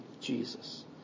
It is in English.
Jesus